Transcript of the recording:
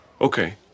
Okay